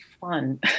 fun